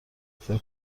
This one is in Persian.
فکر